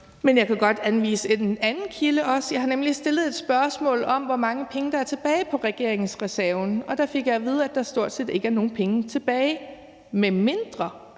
Men jeg kan også godt anvise en anden kilde. Jeg har nemlig stillet et spørgsmål om, hvor mange penge der er tilbage på regeringsreserven, og der fik jeg at vide, at der stort set ikke er nogen penge tilbage, medmindre